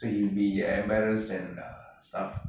so he will be embarrassed and stuff